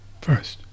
first